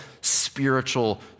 spiritual